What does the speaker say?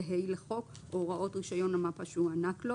ו-(ה) לחוק או הוראות רישיון המפ"א שהוענק לו,